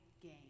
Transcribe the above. game